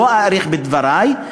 לא אאריך בדברי,